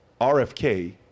RFK